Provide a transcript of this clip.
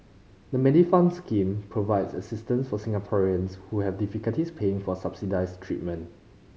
the Medifund scheme provides assistance for Singaporeans who have difficulties paying for subsidized treatment